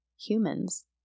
humans